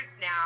now